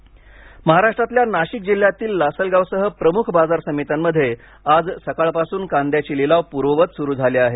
कांदा महाराष्ट्रातल्या नाशिक जिल्ह्यातील लासलगावसह प्रमुख बाजार समित्यांमध्ये आज सकाळपासून कांद्याचे लिलाव पूर्ववत सुरू झाले आहेत